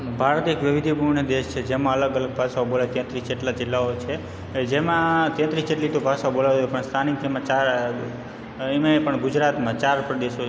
ભારત એક વૈવિધ્યપૂર્ણ દેશ છે જેમાં અલગ અલગ ભાષાઓ બોલાય તેત્રીસ જેટલા જિલ્લાઓ છે જેમાં તેત્રીસ જેટલી તો ભાષા બોલાય છે પણ સ્થાનિક તેમાં ચાર એમાં પણ ગુજરાતમાં ચાર પ્રદેશો અ